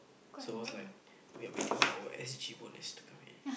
so was like we are waiting for our S_G-Bonus to come in